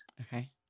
okay